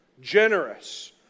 Generous